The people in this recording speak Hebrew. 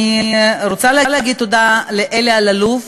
אני רוצה להגיד תודה לאלי אלאלוף,